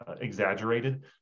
exaggerated